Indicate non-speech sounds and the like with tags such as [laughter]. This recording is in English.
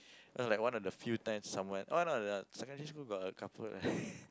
no like one of the few time someone oh no lah secondary school got a couple [breath]